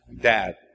dad